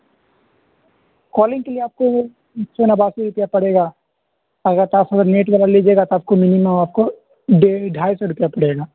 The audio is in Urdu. کالنگ کے لیے آپ کو ایک سو نواسی روپیہ پڑے گا اگر اگر نیٹ وغیرہ لیجیے گا تو آپ کو منیمم آپ کو ڈیڈھ ڈھائی سو روپیہ پڑے گا